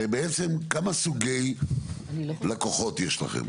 הרי בעצם כמה סוגי לקוחות יש לכם?